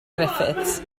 griffiths